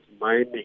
mining